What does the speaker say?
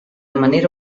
manera